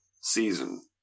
season